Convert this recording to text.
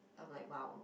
I'm like wow